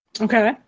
Okay